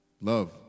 Love